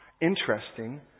Interesting